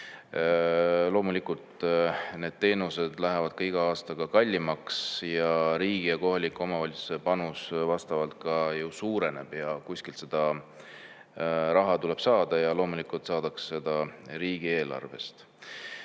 Muidugi need teenused lähevad iga aastaga kallimaks. Riigi ja kohaliku omavalitsuse panus vastavalt suureneb ja kuskilt seda raha tuleb saada. Ja loomulikult saadakse seda riigieelarvest.